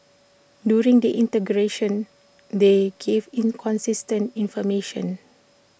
during the interrogation they gave inconsistent information